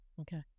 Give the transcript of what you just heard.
Okay